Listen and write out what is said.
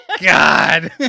god